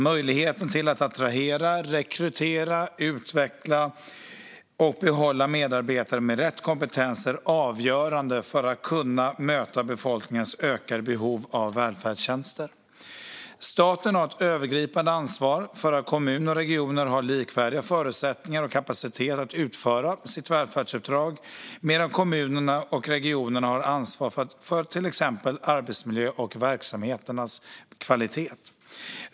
Möjligheten att attrahera, rekrytera, utveckla och behålla medarbetare med rätt kompetens är avgörande för att kunna möta befolkningens ökande behov av välfärdstjänster. Staten har ett övergripande ansvar för att kommuner och regioner har likvärdiga förutsättningar och kapacitet att utföra sitt välfärdsuppdrag, medan kommunerna och regionerna har ansvar för till exempel arbetsmiljö och verksamheternas kvalitet.